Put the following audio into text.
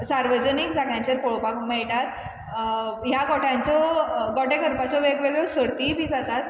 सार्वजनीक जाग्यांचेर पळोपाक मेयटात ह्या गोट्यांचो गोठो करपाचो वेगवेगळ्यो सर्तीय बी जातात